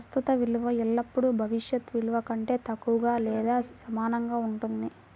ప్రస్తుత విలువ ఎల్లప్పుడూ భవిష్యత్ విలువ కంటే తక్కువగా లేదా సమానంగా ఉంటుంది